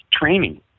training